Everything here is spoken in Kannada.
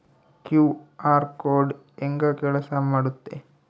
ಕ್ಯೂ.ಆರ್ ಕೋಡ್ ಹೆಂಗ ಕೆಲಸ ಮಾಡುತ್ತೆ?